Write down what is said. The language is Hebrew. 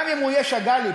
גם אם הוא יהיה שאגאלי,